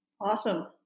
Awesome